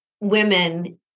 women